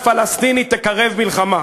מדינה פלסטינית תקרב מלחמה.